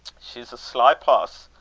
she's a sly puss,